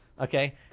Okay